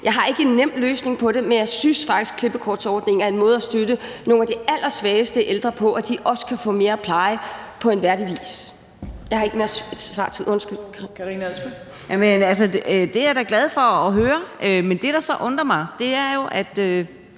Jeg har ikke en nem løsning på det, men jeg synes faktisk, at klippekortordningen er en måde at støtte nogle af de allersvageste ældre på, så de også kan få mere pleje på en værdig vis. Jeg har ikke mere svartid, undskyld. Kl.